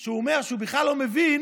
שהוא אומר שהוא בכלל לא מבין